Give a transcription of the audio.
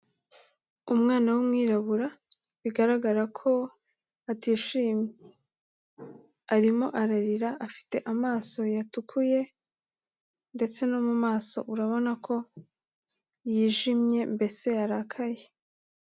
Umwana w'umwirabura bigaragara ko atishimye, arimo ararira afite amaso yatukuye ndetse no mu maso urabona ko yijimye mbese yarakaye.